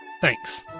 Thanks